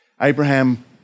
Abraham